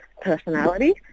personality